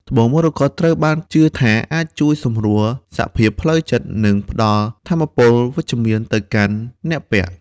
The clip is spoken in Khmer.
ត្បូងមរកតត្រូវបានជឿថាអាចជួយសម្រួលសភាពផ្លូវចិត្ត និងផ្តល់ថាមពលវិជ្ជមានទៅកាន់អ្នកពាក់។